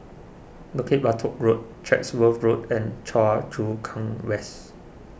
Bukit Batok Road Chatsworth Road and Choa Chu Kang West